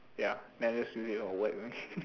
ya then I just it for whack only